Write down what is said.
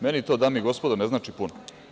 Meni to, dame i gospodo, ne znači puno.